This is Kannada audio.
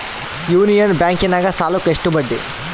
ಯೂನಿಯನ್ ಬ್ಯಾಂಕಿನಾಗ ಸಾಲುಕ್ಕ ಎಷ್ಟು ಬಡ್ಡಿ?